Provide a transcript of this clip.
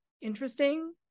interesting